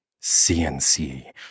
CNC